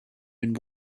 and